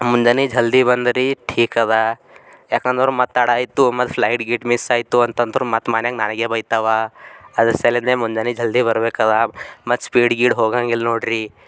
ಮುಂಜಾನೆ ಜಲ್ದಿ ಬಂದ್ರೆ ಟೀಕ್ ಅದಾ ಯಾಕಂದ್ರೆ ಮತ್ತಡ ಆಯಿತು ಮತ್ತೆ ಫ್ಲೈಟ್ ಗೀಟ್ ಮಿಸ್ ಆಯಿತು ಅಂತಂದ್ರೆ ಮತ್ತೆ ಮನಿಯಂಗೆ ನನಗೆ ಬೈತವಾ ಅದ್ರ ಸಲಿಂದೆ ಮುಂಜಾನೆ ಜಲ್ದಿ ಬರ್ಬೇಕಿದೆ ಮತ್ತು ಸ್ಪೀಡ್ ಗೀಡ್ ಹೋಗಂಗಿಲ್ಲ ನೋಡಿರಿ